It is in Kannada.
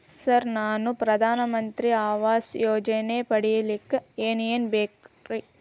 ಸರ್ ನಾನು ಪ್ರಧಾನ ಮಂತ್ರಿ ಆವಾಸ್ ಯೋಜನೆ ಪಡಿಯಲ್ಲಿಕ್ಕ್ ಏನ್ ಏನ್ ಬೇಕ್ರಿ?